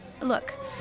look